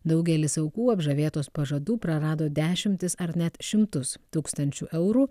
daugelis aukų apžavėtos pažadų prarado dešimtis ar net šimtus tūkstančių eurų